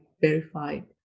verified